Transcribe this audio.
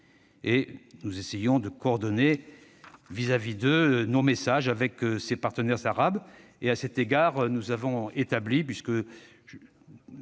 Nous essayons de coordonner vis-à-vis d'eux nos messages avec les partenaires arabes. À cet égard, nous avons établi- l'un